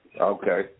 Okay